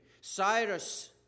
Cyrus